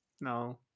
No